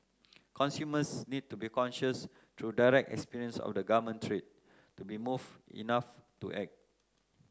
consumers need to be conscious through direct experience of the garment trade to be moved enough to act